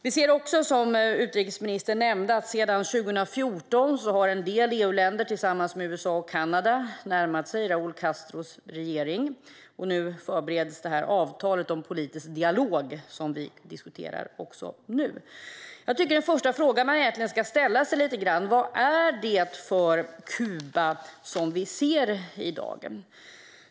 Vi ser, som utrikesministern nämnde, att sedan 2014 har en del EU-länder tillsammans med USA och Kanada närmast sig Raúl Castros regering. Nu förbereds avtalet om politisk dialog som vi diskuterar nu. Jag tycker att den första fråga man ska ställa sig är vad det är för Kuba som vi ser i dag.